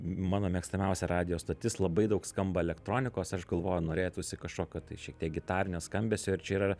mano mėgstamiausia radijo stotis labai daug skamba elektronikos aš galvoju norėtųsi kažkokio tai šiek tiek gitarinio skambesio ir čia yra